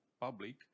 public